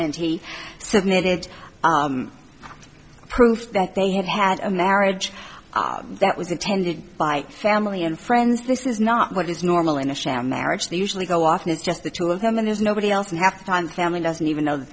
and he submitted proof that they had had a marriage that was attended by family and friends this is not what is normal in a sham marriage they usually go off and it's just the two of them and there's nobody else and half the time the family doesn't even know th